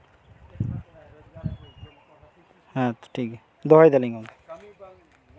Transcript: ᱦᱮᱸᱛᱚ ᱴᱷᱤᱠᱜᱮᱭᱟ ᱫᱚᱦᱚᱭ ᱫᱟᱞᱤᱧ ᱜᱚᱢᱠᱮ